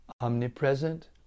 omnipresent